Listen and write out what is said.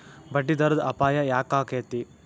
ಬಡ್ಡಿದರದ್ ಅಪಾಯ ಯಾಕಾಕ್ಕೇತಿ?